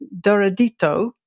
doradito